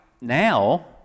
now